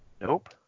Nope